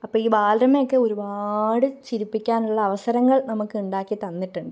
അപ്പം ഈ ബാലരമയൊക്കെ ഒരുപാട് ചിരിപ്പിക്കാനുള്ള അവസരങ്ങള് നമുക്ക് ഉണ്ടാക്കി തന്നിട്ടുണ്ട്